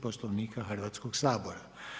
Poslovnika Hrvatskog sabora.